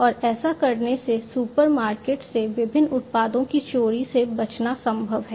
और ऐसा करने से सुपरमार्केट से विभिन्न उत्पादों की चोरी से बचना संभव है